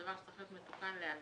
דבר שצריך להיות מתוקן לאלתר.